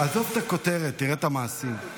עזוב את הכותרת, תראה את המעשים.